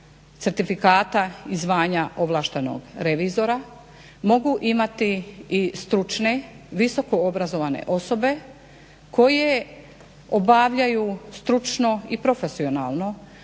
certifikata i zvanja ovlaštenog revizora mogu imati i stručne visoko obrazovane osobe koje obavljaju stručno i profesionalno